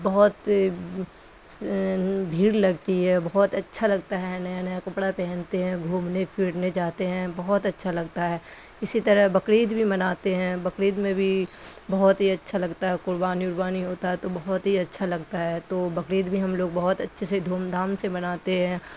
بہت بھیڑ لگتی ہے بہت اچھا لگتا ہے نیا نیا کپڑا پہنتے ہیں گھومنے پھرنے جاتے ہیں بہت اچھا لگتا ہے اسی طرح بقرعید بھی مناتے ہیں بقرعید میں بھی بہت ہی اچھا لگتا ہے قربانی اربانی ہوتا ہے تو بہت ہی اچھا لگتا ہے تو بقرعید بھی ہم لوگ بہت اچھے سے دھوم دھام سے مناتے ہیں